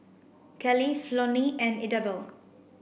Keli Flonnie and Idabelle